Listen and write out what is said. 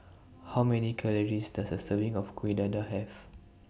How Many Calories Does A Serving of Kuih Dadar Have